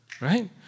Right